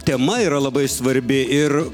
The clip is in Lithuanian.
tema yra labai svarbi ir